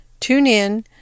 TuneIn